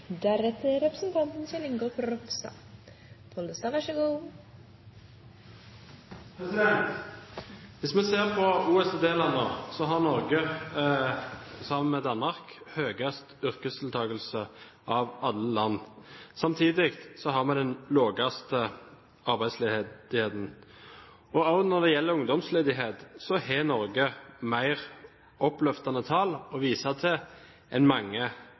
Hvis vi ser på OECD-landene, ser vi at Norge, sammen med Danmark, har høyest yrkesdeltakelse av alle landene. Samtidig har vi den laveste arbeidsledigheten. Også når det gjelder ungdomsledighet, har Norge mer oppløftende tall å vise til enn mange